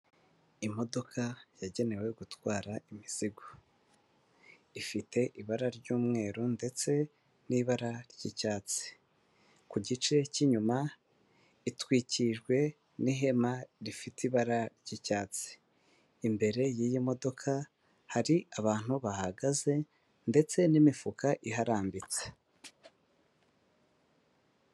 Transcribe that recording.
Imodoka yagenewe gutwara imizigo, ifite ibara ry'umweru ndetse n'ibara ry'icyatsi, ku gice cy'inyuma itwikirijwe n'ihema rifite ibara ry'icyatsi, imbere y'iyi modoka hari abantu bahagaze ndetse n'imifuka iharambitse.